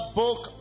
book